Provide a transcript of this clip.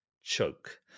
choke